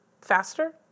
faster